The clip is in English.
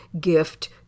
gift